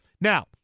now